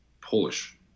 Polish